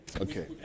Okay